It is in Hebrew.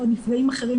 או נפגעים אחרים,